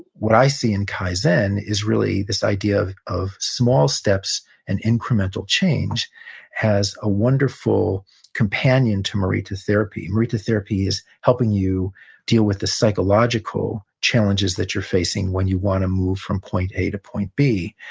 what i see in kaizen is really this idea of small steps and incremental change as a wonderful companion to morita therapy. morita therapy is helping you deal with the psychological challenges that you're facing when you want to move from point a to point b.